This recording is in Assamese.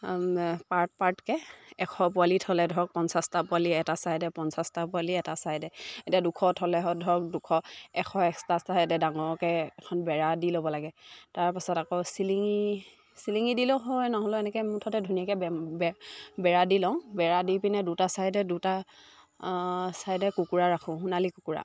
পাৰ্ট পাৰ্টকৈ এশ পোৱালি থ'লে ধৰক পঞ্চাছটা পোৱালি এটা ছাইডে পঞ্চাছটা পোৱালি এটা ছাইডে এতিয়া দুশ থ'লে ধৰক দুশ এশ এক্সট্ৰা ছাইডে ডাঙৰকৈ এখন বেৰা দি ল'ব লাগে তাৰপাছত আকৌ চিলিঙি চিলিঙি দিলেও হয় নহ'লেও এনেকৈ মুঠতে ধুনীয়াকৈ বেম বেৰা দি লওঁ বেৰা দি পিনে দুটা ছাইডে দুটা ছাইডে কুকুৰা ৰাখোঁ সোণালী কুকুৰা